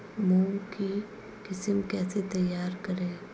मूंग की किस्म कैसे तैयार करें?